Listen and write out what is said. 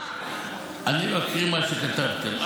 אני מקריא מה שכתבתם,